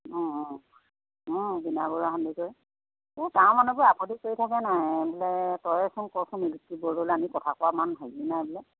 অঁ অঁ অঁ বীণা বৰুৱা সন্দিকৈ এই তাৰ মানুহবোৰে আপত্তি কৰি থাকে নাই বোলে তয়েচোন কচোন ইলেক্ট্ৰিচিটি বৰ্ডলৈ আমি কথা কোৱা ইমান হেৰি নাই বোলে